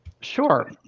Sure